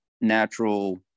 natural